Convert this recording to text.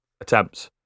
attempts